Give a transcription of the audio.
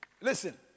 Listen